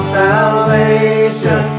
salvation